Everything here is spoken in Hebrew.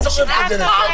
את חושבת שאת מבינה